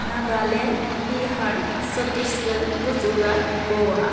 Nagaland Bihar Chhattisgarh Gujarat Goa